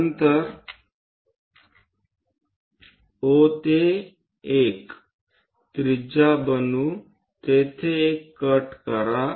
नंतर O ते 1 त्रिज्या बनवू तेथे एक कट करा